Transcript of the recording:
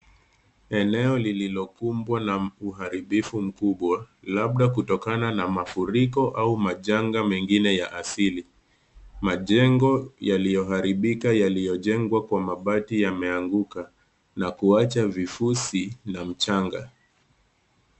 Eneo lililokumbwa na uharibifu mkubwa labda kutokana na mafuriko au majanga mengine ya asili. Majengo yaliyoharibika yaliyojengwa kwa mabati yameanguka na kuwacha vifusi na mchanga.